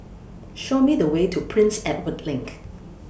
Show Me The Way to Prince Edward LINK